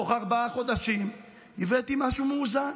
תוך ארבעה חודשים הבאתי משהו מאוזן.